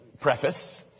preface